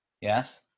Yes